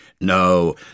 No